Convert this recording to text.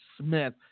Smith